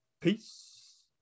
Peace